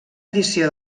edició